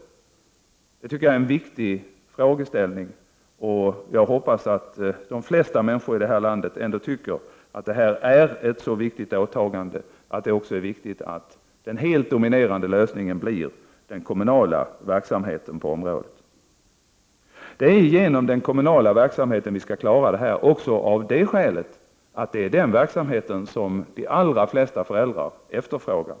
Det tycker jag är en viktig frågeställning. Jag hoppas att de flesta människor här i landet tycker att det här är ett så viktigt åtagande att det också är viktigt att den helt dominerande lösningen blir den kommunala verksamheten på området. Det är genom den kommunala verksamheten vi skall klara det här, också av det skälet att det är den verksamhet som de allra flesta föräldrar efterfrågar.